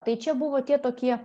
tai čia buvo tie tokie